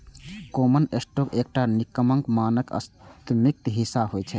common stock एकटा निगमक मानक स्वामित्व हिस्सा होइ छै